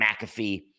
McAfee